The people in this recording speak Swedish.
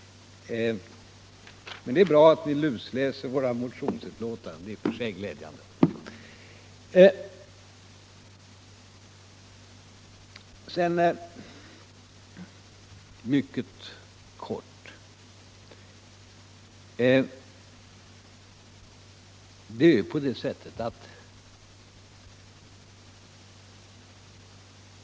Men det är bra att ni lusläser våra motionsutlåtanden. Detta är i och för sig glädjande.